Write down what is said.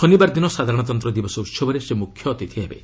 ଶନିବାର ଦିନ ସାଧାରଣତନ୍ତ୍ର ଦିବସ ଉହବରେ ସେ ମୁଖ୍ୟ ଅତିଥି ହେବେ